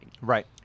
Right